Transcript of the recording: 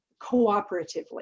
cooperatively